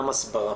גם הסברה.